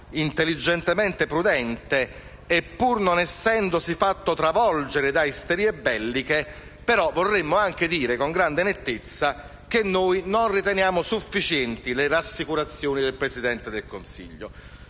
la scena politica e pur non essendosi fatto travolgere da isterie belliche, vorremmo anche dire con grande nettezza che noi non riteniamo sufficienti le rassicurazioni del Presidente del Consiglio.